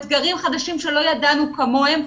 אתגרים חדשים שלא ידענו כמותם,